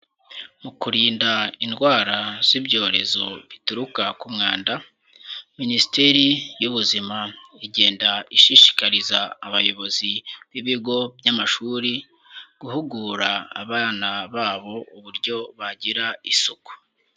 Mu kurinda indwara z'ibyorezo bituruka ku mwanda, Minisiteri y'Ubuzima igenda ishishikariza abayobozi b'ibigo by'amashuri guhugura abana babo uburyo bagira isuku.